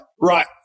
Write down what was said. right